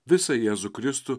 visą jėzų kristų